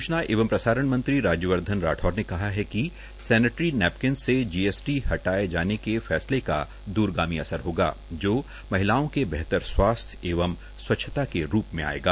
सूचना एवं सारण मं ी रा यवधन राठौर ने कहा है क सैनीटर नैप क स से जीएसट हटाये जाने के फैसले का दूरगामी असर होगा जो म हलाओं के बेहतर वा य एवं व छता के प म आयेगा